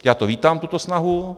Já vítám tuto snahu.